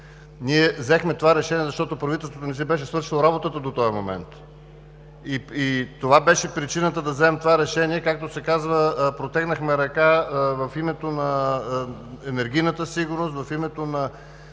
ние взехме това решение, защото правителството не си беше свършило работата до този момент и това беше причината да вземем това решение. Както се казва, протегнахме ръка в името на енергийната сигурност, в името на